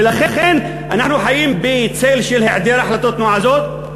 ולכן אנחנו חיים בצל של היעדר החלטות נועזות,